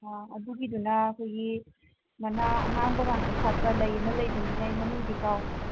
ꯑꯥ ꯑꯗꯨꯒꯤꯗꯨꯅ ꯑꯩꯈꯣꯏꯒꯤ ꯃꯅꯥ ꯑꯉꯥꯡꯕ ꯉꯥꯛꯇ ꯁꯥꯠꯄ ꯂꯩ ꯑꯃ ꯂꯩꯕꯅꯤꯅꯦ ꯑꯩ ꯃꯃꯤꯡꯗꯤ ꯀꯥꯎꯈ꯭ꯔꯦ